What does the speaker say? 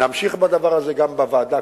נמשיך בדבר הזה גם בוועדה,